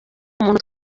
umuntu